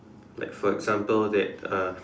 like for example that uh